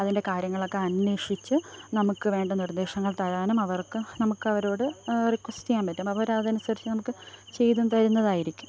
അതിന്റെ കാര്യങ്ങളൊക്കെ അന്വേഷിച്ച് നമുക്ക് വേണ്ട നിര്ദ്ദേശങ്ങള് തരാനും അവര്ക്ക് നമുക്കവരോട് റിക്വസ്റ്റെ ചെയ്യാന് പറ്റും അപ്പോൾ അവരതനുസരിച്ച് നമുക്ക് ചെയ്തും തരുന്നതായിരിക്കും